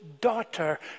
daughter